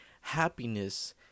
happiness